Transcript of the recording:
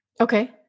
Okay